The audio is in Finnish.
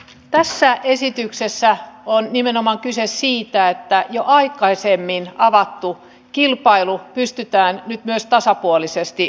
tässä esityksessä on nimenomaan kyse siitä että jo aikaisemmin avattu kilpailu pystytään nyt myös tasapuolisesti huolehtimaan